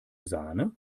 sahne